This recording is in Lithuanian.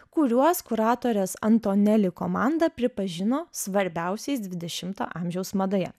kuriuos kuratorės antoneli komanda pripažino svarbiausiais dvidešimo amžiaus madoje